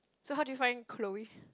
so how do you find Chloe